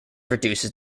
reduces